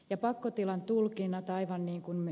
ja pakkotilan tulkinnat aivan niin kuin ed